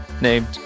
named